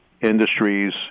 industries